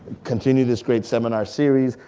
continue this great seminar series,